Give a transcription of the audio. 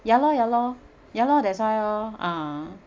ya lor ya lor ya lor that's why lor ah